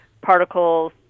particles